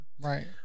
Right